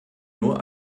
nur